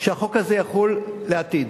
שהחוק הזה יחול לעתיד.